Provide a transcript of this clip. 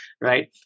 right